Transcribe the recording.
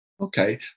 Okay